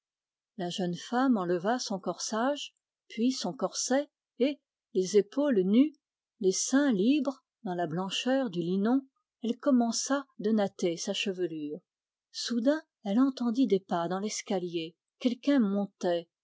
la jeune femme enleva son corsage puis son corset et les épaules nues les seins libres dans la blancheur du linon elle commença de natter sa chevelure soudain elle entendit des pas dans l'escalier quelqu'un montait